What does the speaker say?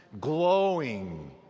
glowing